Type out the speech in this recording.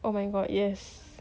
oh my god yes